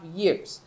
years